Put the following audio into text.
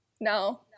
No